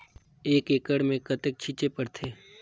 एक एकड़ मे कतेक छीचे पड़थे?